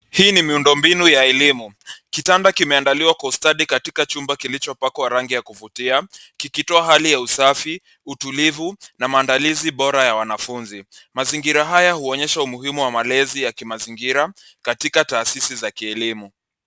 Hii ni miundo mbinu ya elimu. Kitanda kimeandaliwa kwa ustadi katika chumba kilichopakwa rangi ya kuvutia kikitoa hali ya usafi, utulivu na maandalizi bora ya wanafunzi. Mazingiara haya huonyesha umuhimu wa malezi ya kimazingira katika taasisi za kielimu.